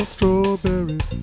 Strawberries